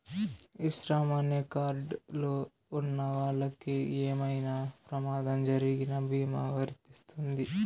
ఈ శ్రమ్ అనే కార్డ్ లు ఉన్నవాళ్ళకి ఏమైనా ప్రమాదం జరిగిన భీమా వర్తిస్తుంది